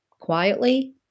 quietly